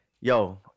Yo